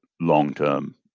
long-term